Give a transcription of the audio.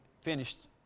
finished